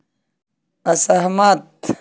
असहमत